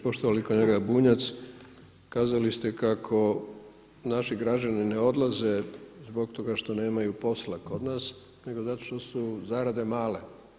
Poštovani kolega Bunjac, kazali ste kako naši građani ne odlaze zbog toga što nemaju posla kod nas nego zato što su zarade male.